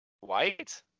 White